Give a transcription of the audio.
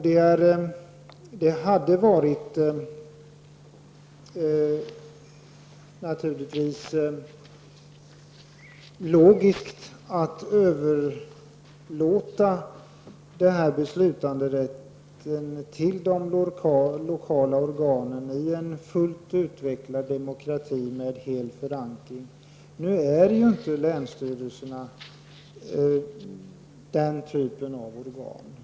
Det hade naturligtvis varit logiskt att överlåta beslutanderätten till de lokala organen i en fullt utvecklad demokrati med hel förankring. Nu är ju länsstyrelserna inte den typen av organ.